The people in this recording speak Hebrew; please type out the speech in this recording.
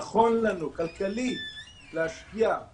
נכון לנו כלכלית להשקיע את